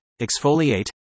exfoliate